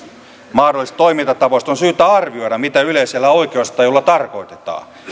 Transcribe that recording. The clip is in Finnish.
mahdollisista toimintatavoista on syytä arvioida mitä yleisellä oikeustajulla tarkoitetaan